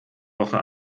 woche